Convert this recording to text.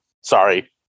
Sorry